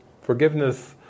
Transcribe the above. forgiveness